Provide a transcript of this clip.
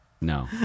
no